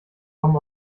kommen